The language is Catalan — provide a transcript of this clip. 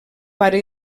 pare